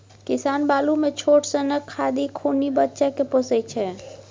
किसान बालु मे छोट सनक खाधि खुनि बच्चा केँ पोसय छै